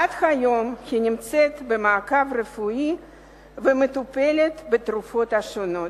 עד היום היא נמצאת במעקב רפואי ומטופלת בתרופות שונות.